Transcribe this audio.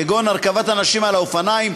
כגון הרכבת אנשים על אופניים,